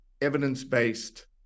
evidence-based